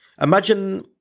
imagine